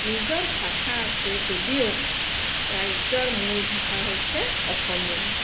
নিজৰ ভাষা আছে যদিও ৰাজ্যৰ মূল ভাষা হৈছে অসমীয়া